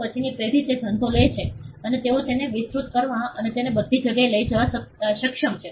પછીની પેઢી તે ધંધો લે છે અને તેઓ તેને વિસ્તૃત કરવા અને તેને બધી જગ્યાએ લઈ જવા સક્ષમ છે